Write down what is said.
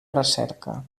recerca